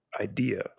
idea